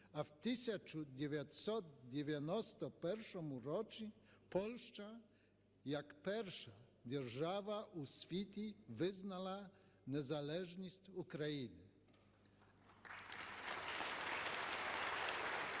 а в 1991 році Польща як перша держава у світі визнала незалежність України.